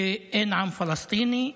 שאין עם פלסטיני,